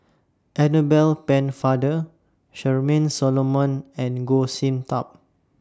Annabel Pennefather Charmaine Solomon and Goh Sin Tub